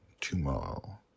tomorrow